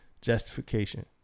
justification